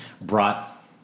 brought